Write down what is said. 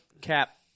Cap